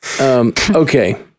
Okay